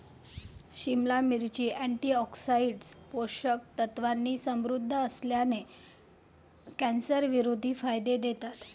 सिमला मिरची, अँटीऑक्सिडंट्स, पोषक तत्वांनी समृद्ध असल्याने, कॅन्सरविरोधी फायदे देतात